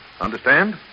Understand